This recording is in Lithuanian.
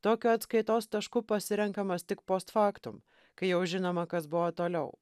tokiu atskaitos tašku pasirenkamas tik post factum kai jau žinoma kas buvo toliau